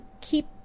keep